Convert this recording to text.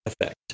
effect